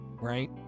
right